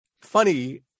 funny